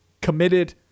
committed